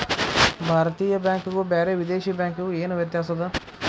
ಭಾರತೇಯ ಬ್ಯಾಂಕಿಗು ಬ್ಯಾರೆ ವಿದೇಶಿ ಬ್ಯಾಂಕಿಗು ಏನ ವ್ಯತ್ಯಾಸದ?